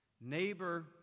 Neighbor